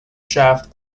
shaft